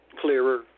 clearer